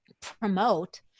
promote